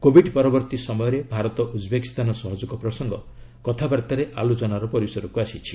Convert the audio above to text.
Covid ପରବର୍ତ୍ତୀ ସମୟରେ Bharat Uzbekistan ସହଯୋଗ ପ୍ରସଙ୍ଗ କଥାବାର୍ତ୍ତାରେ ଆଲୋଚନାର ପରିସରକ୍ ଆସିଛି